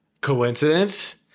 Coincidence